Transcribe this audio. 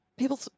People